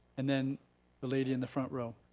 and then the lady in the front row.